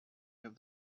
have